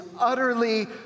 utterly